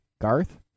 Garth